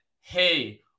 hey